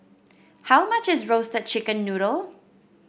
how much is Roasted Chicken Noodle